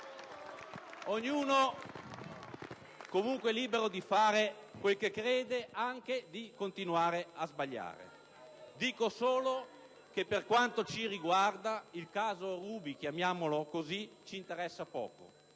ognuno è libero di fare quel che crede, anche di continuare a sbagliare. Dico solo che, per quanto ci riguarda, il caso Ruby, chiamiamolo così, c'interessa poco.